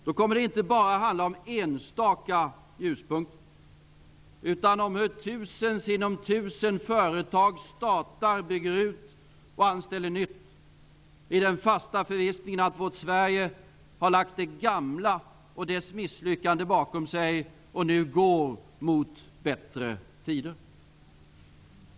Då kommer det inte bara att handla om enstaka ljuspunkter, utan om hur tusen sinom tusen företag startar, bygger ut och anställer nytt folk i den fasta förvissningen att vårt Sverige har lagt det gamla och dess misslyckande bakom sig och nu går mot bättre tider.